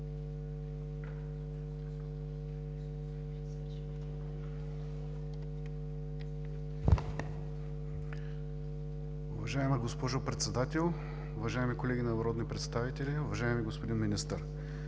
Уважаема госпожо Председател, уважаеми колеги народни представители! Уважаеми господин Министър,